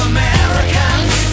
Americans